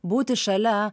būti šalia